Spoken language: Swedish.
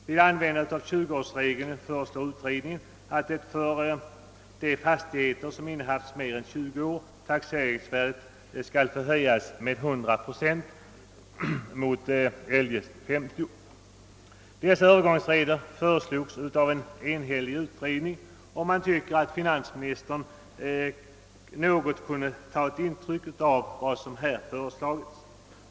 Vid användande av 20-årsregeln föreslår utredningen att taxeringsvärdet på de fastigheter som innehafts mer än 20 år skall få höjas med 100 procent mot eljest 50 procent. Dessa övergångsregler föreslogs av en enhällig utredning, och man tycker att finansministern borde ha kunnat ta något intryck av vad som föreslagits.